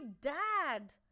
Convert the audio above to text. dad